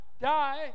die